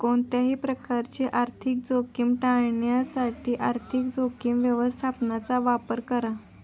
कोणत्याही प्रकारची आर्थिक जोखीम टाळण्यासाठी आर्थिक जोखीम व्यवस्थापनाचा वापर करा